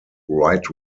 right